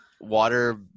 water